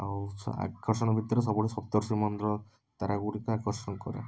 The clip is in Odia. ଆଉ ସ ଆକର୍ଷଣ ଭିତରେ ସବୁଠୁ ସପ୍ତର୍ଷିମଣ୍ଡଳ ତାରାଗୁଡ଼ିକ ଆକର୍ଷଣ କରେ